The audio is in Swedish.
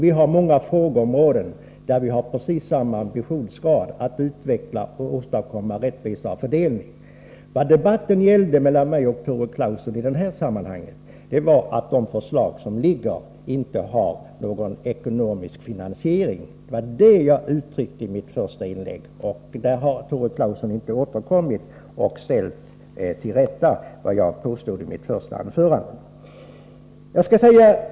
I många frågor har vi precis samma ambition att åstadkomma en rättvisare fördelning. Vad debatten mellan Tore Claeson och migi detta sammanhang gällde var att vpk inte har någon finansiering av sina förslag. Det var det jag uttryckte i mitt första inlägg, och Tore Claeson har inte kunnat vederlägga detta mitt påstående.